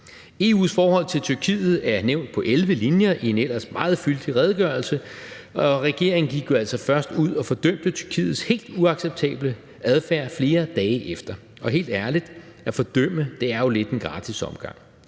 EU's forhold til Tyrkiet er nævnt på 11 linjer i en ellers meget fyldig redegørelse, og regeringen gik jo altså først ud og fordømte Tyrkiets helt uacceptable adfærd flere dage efter. Og helt ærligt: At fordømme er jo lidt en gratis omgang.